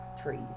trees